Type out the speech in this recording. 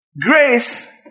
Grace